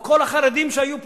או כל החרדים שהיו פה,